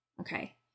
okay